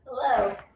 Hello